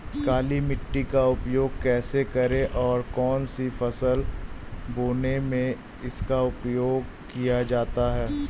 काली मिट्टी का उपयोग कैसे करें और कौन सी फसल बोने में इसका उपयोग किया जाता है?